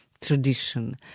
tradition